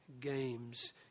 Games